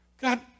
God